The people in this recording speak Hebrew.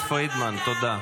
חברת הכנסת פרידמן, תודה.